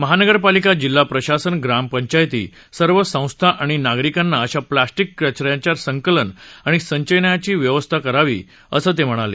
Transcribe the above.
महानगरपालिका जिल्हा प्रशासन ग्रामपंचायती सर्व संस्था आणि नागरिकांना अशा प्लॅस्टिक कचऱ्याच्या संकलन आणि संचयनाची व्यवस्था करावी असे ते म्हणाले